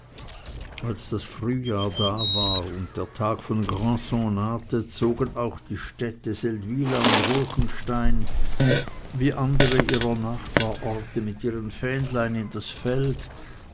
als das frühjahr da war und der tag von grandson nahte zogen auch die städte seldwyla und ruechenstein wie andere ihrer nachbarorte mit ihren fähnlein in das feld